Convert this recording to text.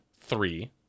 three